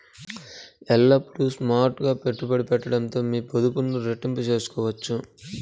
ఎల్లప్పుడూ స్మార్ట్ గా పెట్టుబడి పెట్టడంతో మీ పొదుపులు రెట్టింపు చేసుకోవచ్చు